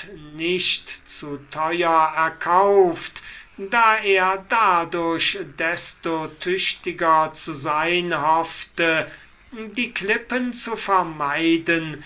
nicht zu teuer erkauft da er dadurch desto tüchtiger zu sein hoffte die klippen zu vermeiden